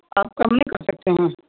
آپ کم نہیں کر سکتے ہیں